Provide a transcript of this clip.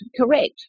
Correct